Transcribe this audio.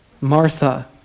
Martha